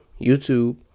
YouTube